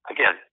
Again